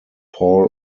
paul